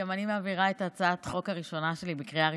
גם אני מעבירה את הצעת החוק הראשונה שלי בקריאה ראשונה.